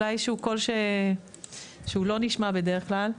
קול שאולי לא נשמע בדרך כלל.